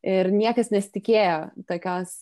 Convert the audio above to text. ir niekas nesitikėjo tokios